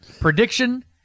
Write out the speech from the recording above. Prediction